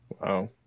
Wow